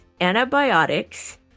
antibiotics